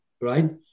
right